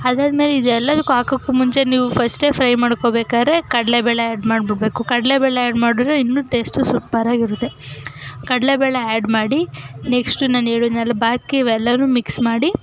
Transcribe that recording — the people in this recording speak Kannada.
ಅದಾದಮೇಲೆ ಇದೆಲ್ಲದಕ್ಕೂ ಹಾಕೋಕೆ ಮುಂಚೆ ನೀವು ಫಸ್ಟೆ ಫ್ರೈ ಮಾಡ್ಕೊಳ್ಬೇಕಾದ್ರೆ ಕಡಲೆಬೇಳೆ ಆ್ಯಡ್ ಮಾಡಿಬಿಡ್ಬೇಕು ಕಡಲೇಬೇಳೆ ಆ್ಯಡ್ ಮಾಡಿದ್ರೆ ಇನ್ನೂ ಟೇಸ್ಟು ಸೂಪರಾಗಿರುತ್ತೆ ಕಡಲೆಬೇಳೆ ಆ್ಯಡ್ ಮಾಡಿ ನೆಕ್ಸ್ಟು ನಾನು ಹೇಳಿದ್ನಲ್ಲ ಬಾಕಿ ಇವೆಲ್ಲನೂ ಮಿಕ್ಸ್ ಮಾಡಿ